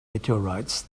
meteorites